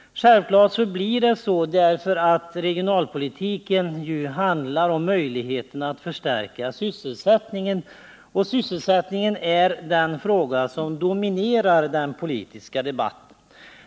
Självfallet blir det så, därför att regionalpolitiken ju handlar om möjligheten att förstärka sysselsättningen. Och sysselsättningen är den fråga som dominerar den politiska debatten.